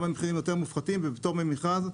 גם במחרים יותר מופחתים ופטור ממכרז.